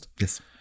Yes